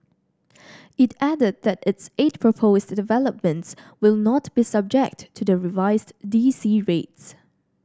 it added that its eight proposed developments will not be subject to the revised D C rates